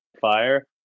fire